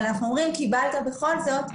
אבל אנחנו אומרים שבכל זאת קיבלת,